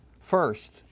first